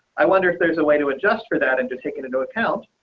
i wonder if there's a way to adjust for that and to take it into account.